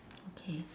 okay